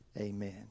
amen